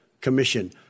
commission